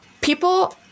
People